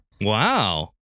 Wow